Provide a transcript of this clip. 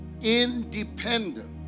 independent